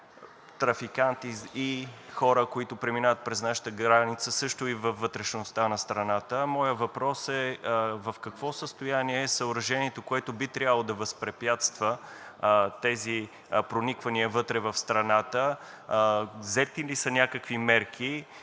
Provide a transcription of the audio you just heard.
трафиканти и хора, които преминават през нашата граница, също и във вътрешността на страната. Моят въпрос е в какво състояние е съоръжението, което би трябвало да възпрепятства тези прониквания вътре в страната? Взети ли са някакви мерки?